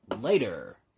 later